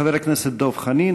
חבר הכנסת דב חנין.